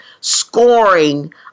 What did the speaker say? scoring